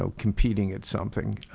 so competing at something.